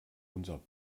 unser